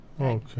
okay